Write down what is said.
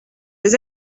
les